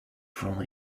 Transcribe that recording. from